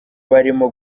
barimo